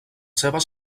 seves